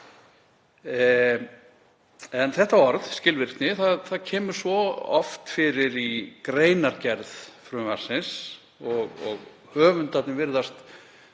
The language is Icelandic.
Þetta orð, skilvirkni, kemur svo oft fyrir í greinargerð frumvarpsins og höfundarnir virðast